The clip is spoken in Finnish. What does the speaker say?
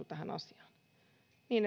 tähän asiaan niin